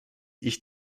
ich